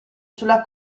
sulla